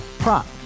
Prop